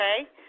okay